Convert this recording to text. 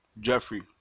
Jeffrey